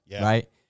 Right